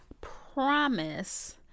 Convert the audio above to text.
promise